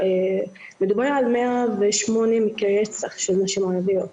מדובר על 108 מקרי רצח של נשים ערביות,